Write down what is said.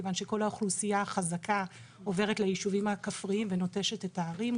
מכיוון שכל האוכלוסייה החזקה עוברת ליישובים הכפריים ונוטשת את הערים.